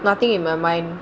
nothing in my mind